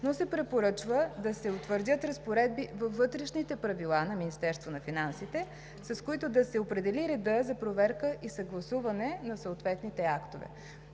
е спазен, е да се утвърдят разпоредби във Вътрешните правила на Министерството на финансите, с които да се определи редът за проверка и съгласуване на съответните актове,